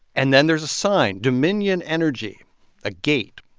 and then, there's a sign dominion energy a gate,